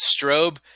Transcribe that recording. Strobe